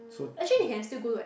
so